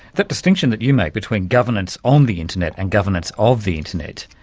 that distinction that you make between governance on the internet and governance of the internet,